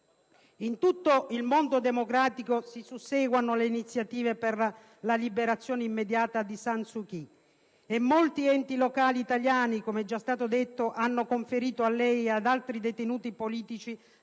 In tutto il mondo democratico si susseguono le iniziative per la liberazione immediata di San Suu Kyi, e molti enti locali italiani, com'è già stato detto, hanno conferito a lei e ad altri detenuti politici